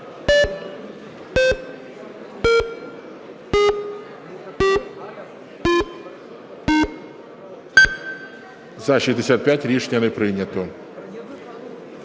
За-65 Рішення не прийнято.